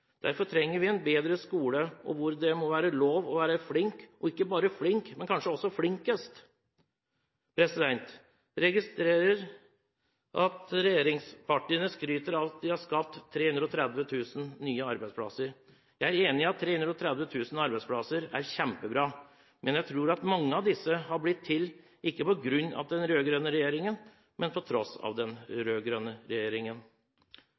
Derfor trenger vi en bedre skole, der det må være lov til å være flink – ikke bare flink, men kanskje også flinkest. Jeg registrerer at regjeringspartiene skryter av at de har skapt 330 000 nye arbeidsplasser. Jeg er enig i at 330 000 arbeidsplasser er kjempebra. Men jeg tror at mange av disse ikke har blitt til på grunn av den rød-grønne regjeringen, men på tross av den rød-grønne regjeringen.